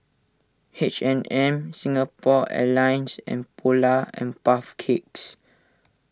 H and M Singapore Airlines and Polar and Puff Cakes